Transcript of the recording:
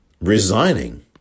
resigning